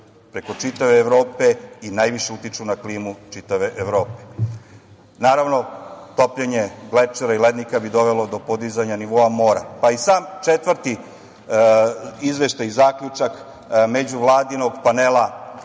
preko čitave Evrope i najviše utiču na klimu čitave Evrope. Naravno, topljenje glečera i lednika bi dovelo do podizanja nivoa mora. Sam četvrti Izveštaj i Zaključak međuvladinog panela